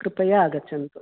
कृपया आगच्छन्तु